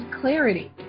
clarity